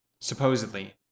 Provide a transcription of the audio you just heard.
supposedly